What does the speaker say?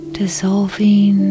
dissolving